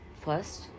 First